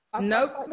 Nope